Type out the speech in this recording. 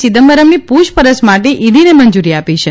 ચિદમ્બરમની પૂછપરછ માટે ઇડીને મંજૂરી આપી છે